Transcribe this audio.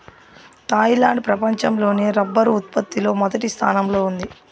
Thailand ప్రపంచం లోనే rubber ఉత్పత్తి లో మొదటి స్థానంలో ఉంది